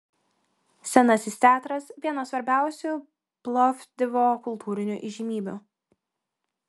senasis teatras viena svarbiausių plovdivo kultūrinių įžymybių